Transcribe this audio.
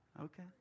okay